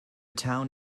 town